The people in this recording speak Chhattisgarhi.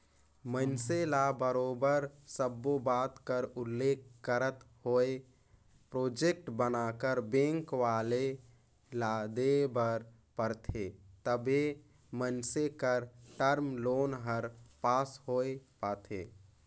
मइनसे ल बरोबर सब्बो बात कर उल्लेख करत होय प्रोजेक्ट बनाकर बेंक वाले ल देय बर परथे तबे मइनसे कर टर्म लोन हर पास होए पाथे